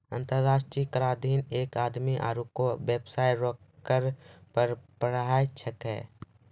अंतर्राष्ट्रीय कराधीन एक आदमी आरू कोय बेबसाय रो कर पर पढ़ाय छैकै